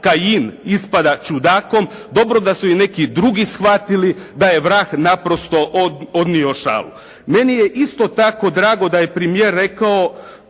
Kajin ispada čudakom, dobro da su i neki drugi shvatili da je vrag naprosto odnio šalu. Meni je isto tako drago da je premijer rekao